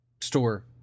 store